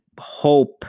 hope